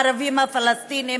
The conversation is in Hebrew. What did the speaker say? הערבים הפלסטינים,